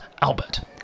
Albert